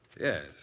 Yes